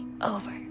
over